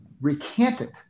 recanted